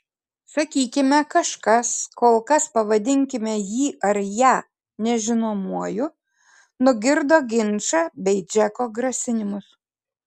sakykime kažkas kol kas pavadinkime jį ar ją nežinomuoju nugirdo ginčą bei džeko grasinimus